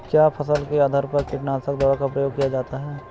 क्या फसल के आधार पर कीटनाशक दवा का प्रयोग किया जाता है?